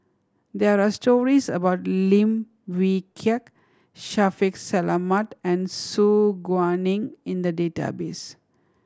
there are stories about Lim Wee Kiak Shaffiq Selamat and Su Guaning in the database